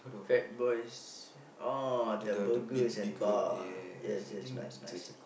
Fat Boys oh the burgers and bar yes yes nice nice